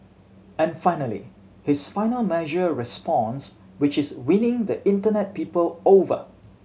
and finally his final measured response which is winning the Internet people over